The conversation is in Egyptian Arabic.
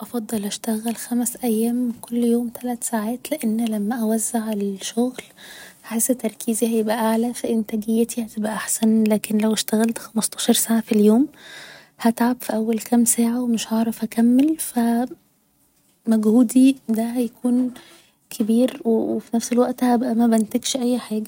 افضل اشتغل خمس أيام كل يوم تلات ساعات لان لما أوزع الشغل هحس تركيزي هيبقى اعلى ف إنتاجيتي هتبقى احسن لكن لو اشتغلت خمستاشر ساعة في اليوم هتعب في اول كام ساعة و مش هعرف أكمل فمجهودي ده هيكون كبير و في نفس الوقت هبقى مبنتجش اي حاجة